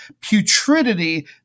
putridity